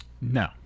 No